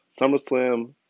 SummerSlam